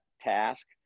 task –